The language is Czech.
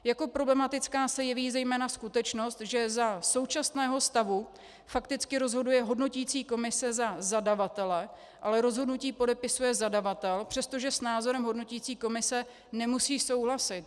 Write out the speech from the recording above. Jako problematická se jeví zejména skutečnost, že za současného stavu fakticky rozhoduje hodnoticí komise za zadavatele, ale rozhodnutí podepisuje zadavatel, přestože s názorem hodnoticí komise nemusí souhlasit.